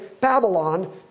Babylon